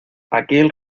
aquel